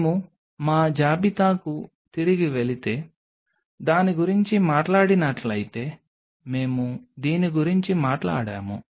మేము మా జాబితాకు తిరిగి వెళితే దాని గురించి మాట్లాడినట్లయితే మేము దీని గురించి మాట్లాడాము